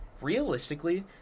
realistically